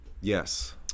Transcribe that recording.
Yes